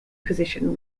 position